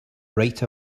right